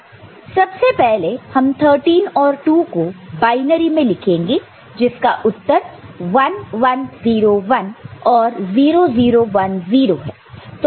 सबसे पहले हम 13 और 2 को बायनरी में लिखेंगे जिसका उत्तर 1 1 0 1 और 0 0 1 0 है